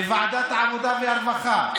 בוועדת העבודה והרווחה,